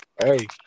Hey